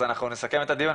אז אנחנו נסכם את הדיון.